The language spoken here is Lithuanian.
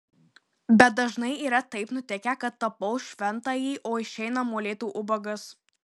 bet dažnai yra taip nutikę kad tapau šventąjį o išeina molėtų ubagas